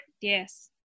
Yes